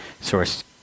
source